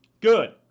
Good